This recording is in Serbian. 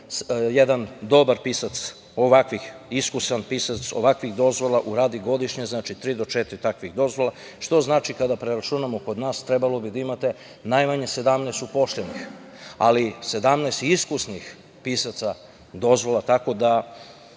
jedan dobar pisac ovakvih, iskusan pisac ovakvih dozvola uradi godišnje tri do četiri takve dozvole, što znači, kada preračunamo kod nas, trebalo bi da imate najmanje 17 uposlenih, ali 17 iskusnih pisaca dozvola, tako da,